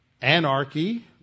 Anarchy